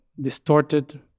distorted